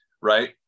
right